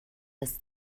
dass